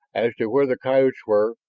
as to where the coyotes were,